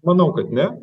manau kad ne